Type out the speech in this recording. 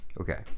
Okay